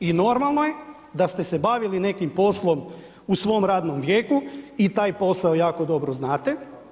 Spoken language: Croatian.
I normalno je da ste se bavili nekim poslom u svom radnom vijeku i taj posao jako dobro znate.